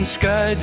sky